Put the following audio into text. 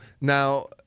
Now